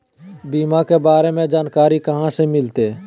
बीमा के बारे में जानकारी कहा से मिलते?